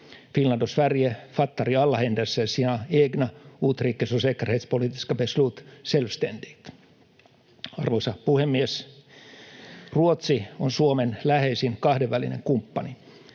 Finland och Sverige fattar i alla händelser sina egna utrikes- och säkerhetspolitiska beslut självständigt. Arvoisa puhemies! Ruotsi on Suomen läheisin kahdenvälinen kumppani.